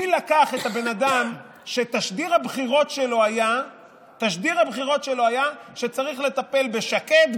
מי לקח את הבן אדם שתשדיר הבחירות שלו היה שצריך לטפל בשקד,